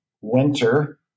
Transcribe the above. winter